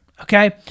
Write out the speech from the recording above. Okay